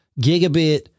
gigabit